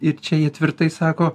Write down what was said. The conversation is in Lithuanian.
ir čia jie tvirtai sako